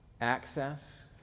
Access